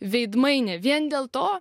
veidmainė vien dėl to